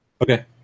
Okay